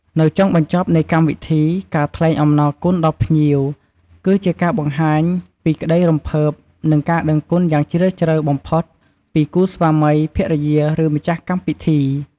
នៅចុងបញ្ចប់នៃកម្មវិធី ការថ្លែងអំណរគុណដល់ភ្ញៀវ គឺជាការបង្ហាញពីក្តីរំភើប និងការដឹងគុណយ៉ាងជ្រាលជ្រៅបំផុតពីគូស្វាមីភរិយា ឬម្ចាស់ពិធី។